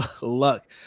luck